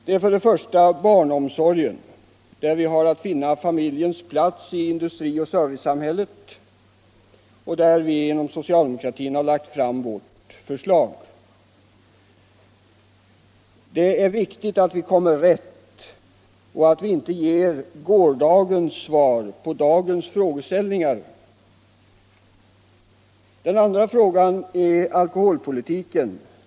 Det första området är barnomsorgen, där vi har att finna familjens plats i industrioch servicesamhället och där vi inom socialdemokratin har lagt fram vårt förslag. Det är viktigt att vi kommer rätt och att vi inte ger gårdagens svar på dagens frågeställningar. Det andra området är alkoholpolitiken.